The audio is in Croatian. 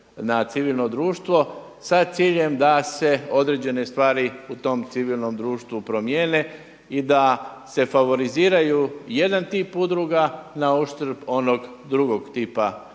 na civilno društvo sa ciljem da se određene stvari u tom civilnom društvu promijene i da se favoriziraju jedan tip udruga na uštrb onog drugog tipa